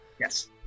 yes